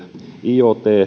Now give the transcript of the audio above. iot